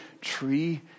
tree